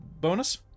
bonus